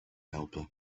helper